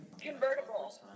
Convertible